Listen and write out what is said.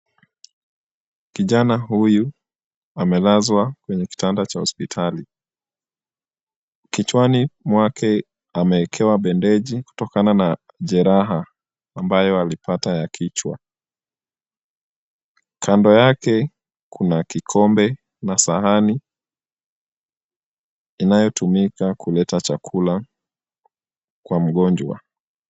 Kijana huyu amelazwa kwenye kitanda cha hospitali . Kichwani mwake amewekewa bendeji kutokana na jeraha ambayo alipata ya kichwa . Kando yake kuna kikombe na sahani inayotumika kuleta chakula kwa mgonjwa.